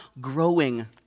growing